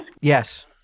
Yes